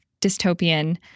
dystopian